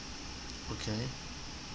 okay